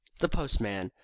the postman.